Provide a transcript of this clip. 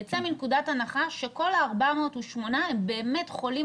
נצא מנקודת הנחה שכל ה-408 הם באמת חולים